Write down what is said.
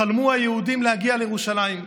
חלמו היהודים להגיע לירושלים.